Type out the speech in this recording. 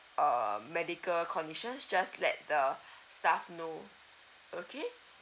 uh medical conditions just let the staff know okay